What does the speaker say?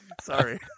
Sorry